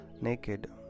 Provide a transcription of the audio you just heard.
naked